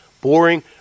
boring